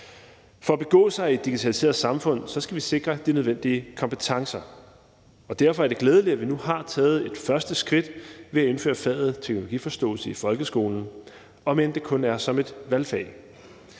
For at begå sig i et digitaliseret samfund skal vi sikre de nødvendige kompetencer. Derfor er det glædeligt, at vi nu har taget et første skridt ved at indføre faget teknologiforståelse i folkeskolen, om end det kun er som et valgfag.